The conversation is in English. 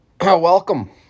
Welcome